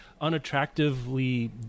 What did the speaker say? unattractively